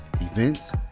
events